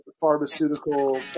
pharmaceutical